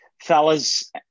Fellas